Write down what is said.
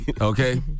okay